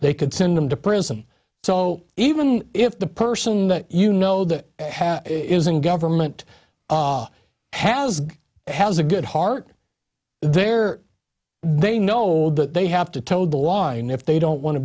they could send them to prison so even if the person that you know that is in government has has a good heart there they know that they have to toe the line if they don't want to